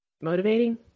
motivating